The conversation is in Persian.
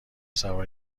سوار